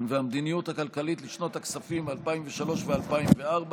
והמדיניות הכלכלית לשנות הכספים 2003 ו-2004)